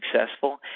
successful